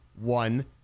one